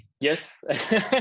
Yes